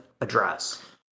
address